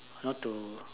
not to